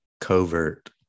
covert